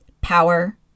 power